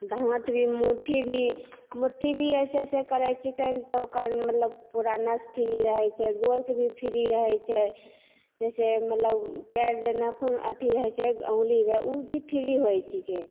दाँत भी मुट्ठी भी मुट्ठी भी अइसे अइसे करै छिकै तऽ ओकर मतलब पूरा नस फ्री रहै छै गोड़के भी फ्री रहै छै जइसे मतलब पाएर जतना नाखून अथी रहै छै अुङ्गुलीके ओ भी फ्री होइ छिकै